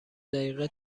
دقیقه